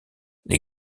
les